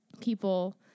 people